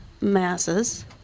masses